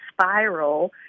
spiral